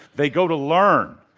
they go to learn.